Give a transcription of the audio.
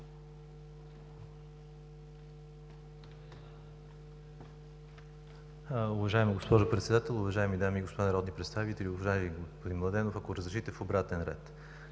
Уважаема госпожо Председател, уважаеми дами и господа народни представители! Уважаеми господин Младенов, ако позволите – в обратен ред.